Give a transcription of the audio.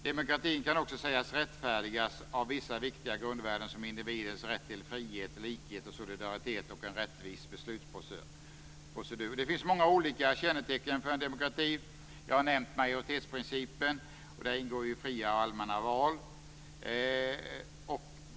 Demokratin kan också sägas rättfärdigas av vissa viktiga grundvärden som individens rätt till frihet, likhet och solidaritet och en rättvis beslutsprocedur. Det finns olika kännetecken för en demokrati. Jag har nämnt majoritetsprincipen, i vilken ingår fria och allmänna val.